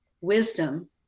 wisdom